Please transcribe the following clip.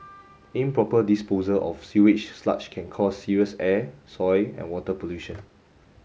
improper disposal of sewage sludge can cause serious air soil and water pollution